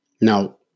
Now